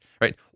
right